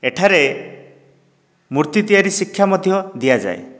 ଏଠାରେ ମୂର୍ତ୍ତି ତିଆରି ଶିକ୍ଷା ମଧ୍ୟ ଦିଆଯାଏ